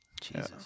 Jesus